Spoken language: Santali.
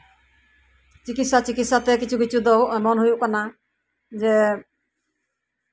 ᱪᱤᱠᱤᱛᱥᱟ ᱪᱤᱠᱤᱛᱥᱟᱛᱮ ᱠᱤᱪᱷᱩ ᱠᱤᱪᱷᱩ ᱫᱚ ᱮᱢᱚᱱ ᱦᱩᱭᱩᱜ ᱠᱟᱱᱟ ᱡᱮ